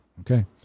Okay